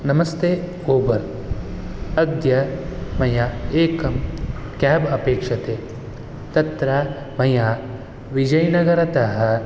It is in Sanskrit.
नमस्ते उबर् अद्य मया एकं केब् अपेक्षते तत्र मया विजयनगरतः